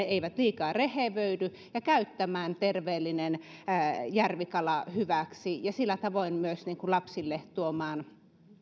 eivät liikaa rehevöidy ja käyttämään terveellinen järvikala hyväksi ja sillä tavoin myös lapsille tuomaan